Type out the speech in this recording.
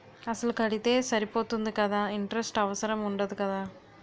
అసలు కడితే సరిపోతుంది కదా ఇంటరెస్ట్ అవసరం ఉండదు కదా?